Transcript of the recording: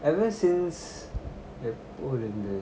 ever since எப்போலஇருந்த:eppoola iruntha